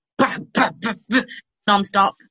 nonstop